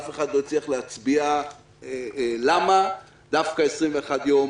אף אחד לא הצליח להצביע למה דווקא 21 ימים,